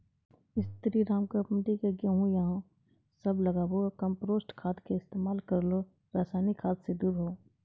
स्री Ram company के गेहूँ अहाँ सब लगाबु कम्पोस्ट खाद के इस्तेमाल करहो रासायनिक खाद से दूर रहूँ?